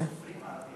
סופרים ערבים?